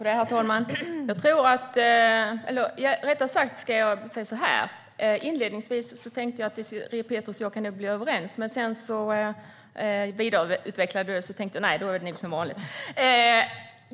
Herr talman! Inledningsvis tänkte jag att Désirée Pethrus och jag nog kan bli överens. Sedan vidareutvecklade hon sitt resonemang, och då tänkte jag: Nej, det är nog som vanligt.